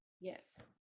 yes